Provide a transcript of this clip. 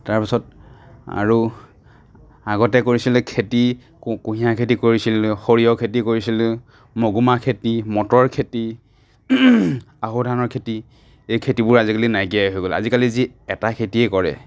তাৰপিছত আৰু আগতে কৰিছিলে খেতি কুঁ কুঁহিয়াৰ খেতি কৰিছিল সৰিয়হ খেতি কৰিছিল মগু মাহ খেতি মটৰ খেতি আহু ধানৰ খেতি এই খেতিবোৰ আজিকালি নাইকিয়াই হৈ গ'ল আজিকালি যি এটা খেতিয়ে কৰে